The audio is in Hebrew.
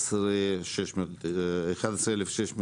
11,600 דירות,